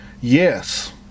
Yes